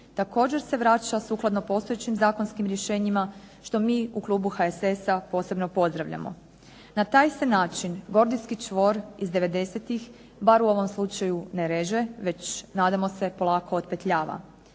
također se vraća sukladno postojećim zakonskim rješenjima što mi u klubu HSS-a posebno pozdravljamo. Na taj se način gordijski čvor iz '90.-tih bar u ovom slučaju ne reže već nadamo se polako otpetljava.